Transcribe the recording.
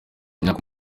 imyaka